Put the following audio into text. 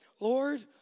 Lord